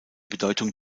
bedeutung